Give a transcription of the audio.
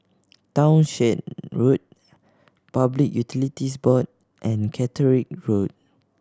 Townshend Road Public Utilities Board and Caterick Road